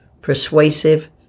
persuasive